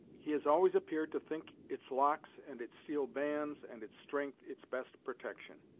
he has always appeared to think its locks, and its steel bands, and its strength, its best protection.